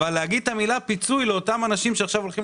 אבל להגיד את המילה פיצוי לאותם אנשים שהולכים